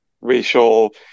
racial